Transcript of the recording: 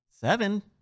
Seven